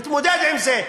נתמודד עם זה.